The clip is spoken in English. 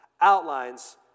outlines